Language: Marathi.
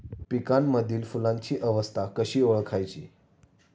पिकांमधील फुलांची अवस्था कशी ओळखायची?